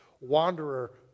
wanderer